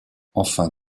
enfin